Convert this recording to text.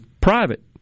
private